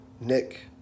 Nick